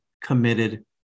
committed